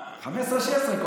2016-2015,